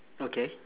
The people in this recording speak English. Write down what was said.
okay